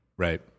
Right